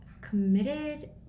committed